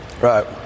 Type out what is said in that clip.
Right